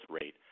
rate